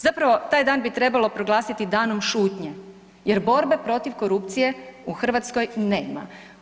Zapravo taj dan bi trebalo proglasiti danom šutnje, jer borbe protiv korupcije u Hrvatskoj nema.